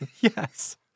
Yes